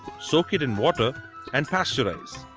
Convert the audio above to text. soak it in water and pasteurize.